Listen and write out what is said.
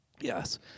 Yes